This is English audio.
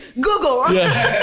Google